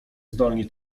zdolni